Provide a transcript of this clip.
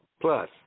plus